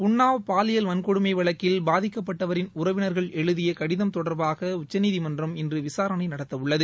உள்ளாவ் பாலியல் வன்கொடுமை வழக்கில் பாதிக்கப்பட்டவரின் உறவினர்கள் எழுதிய கடிதம் தொடர்பாக உச்சநீதிமன்றம் இன்று விசாரணை நடத்தவுள்ளது